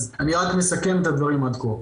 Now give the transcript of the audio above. אז אני רק מסכם את הדברים עד כה.